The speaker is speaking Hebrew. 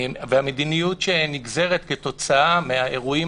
כל המדיניות שנגזרת כתוצאה מהאירועים